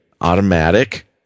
automatic